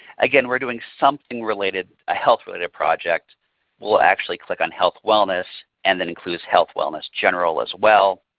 again, we are doing something related, a health-related project. we will actually click on health wellness and that includes health wellness general as well.